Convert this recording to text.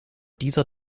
dieser